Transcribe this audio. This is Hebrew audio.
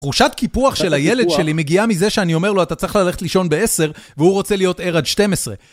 תחושת קיפוח של הילד שלי מגיעה מזה שאני אומר לו אתה צריך ללכת לישון בעשר והוא רוצה להיות ער עד 12.